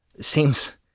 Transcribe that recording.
seems